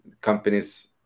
companies